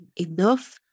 enough